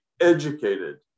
educated